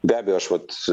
be abejo aš vat